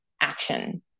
action